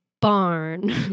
barn